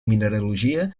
mineralogia